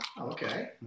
okay